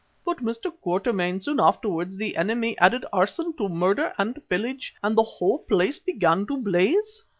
but, mr. quatermain, soon afterwards the enemy added arson to murder and pillage, and the whole place began to blaze.